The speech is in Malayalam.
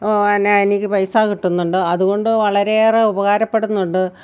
പിന്നെ എനിക്ക് പൈസ കിട്ടുന്നുണ്ട് അതുകൊണ്ട് വളരെയേറെ ഉപകാരപ്പെടുന്നുണ്ട്